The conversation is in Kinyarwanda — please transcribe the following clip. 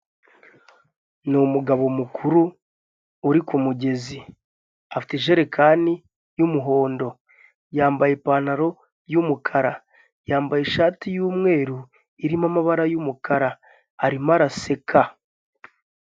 Ni umugabo mukuru uri kumugezi afite ijerekani y'umuhondo yambaye ipantaro y'umukara yambaye ishati y'umweru irimo amabara y'umukara arimo araseka.